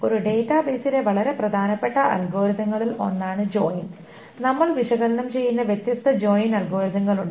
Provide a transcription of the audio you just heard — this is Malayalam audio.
ഒരു ഡാറ്റാബേസിലെ വളരെ പ്രധാനപ്പെട്ട അൽഗോരിതങ്ങളിൽ ഒന്നാണ് ജോയിൻ നമ്മൾ വിശകലനം ചെയ്യുന്ന വ്യത്യസ്ത ജോയിൻ അൽഗോരിതങ്ങൾ ഉണ്ട്